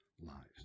lives